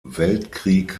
weltkrieg